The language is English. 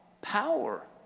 power